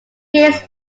gains